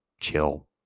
chill